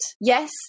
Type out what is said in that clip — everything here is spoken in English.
Yes